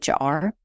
HR